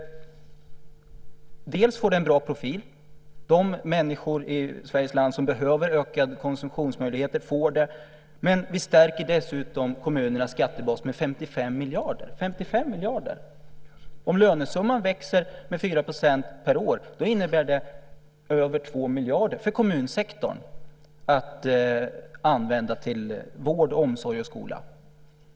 Då får man en bra profil - de människor i Sveriges land som behöver ökade konsumtionsmöjligheter får det - men vi stärker dessutom kommunernas skattebas med 55 miljarder. Om lönesumman växer med 4 % per år innebär det över 2 miljarder för kommunsektorn att använda till vård, omsorg och skola.